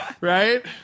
Right